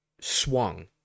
swung